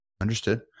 Understood